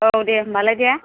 औ दे होनबालाय दे